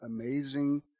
amazing